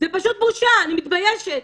זה פשוט בושה, אני מתביישת.